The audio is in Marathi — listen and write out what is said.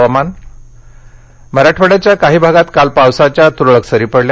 हवामान मराठवाङ्याच्या काही भागात काल पावसाच्या त्रळक सरी पडल्या